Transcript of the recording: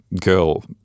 girl